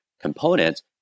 components